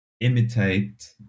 imitate